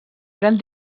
gran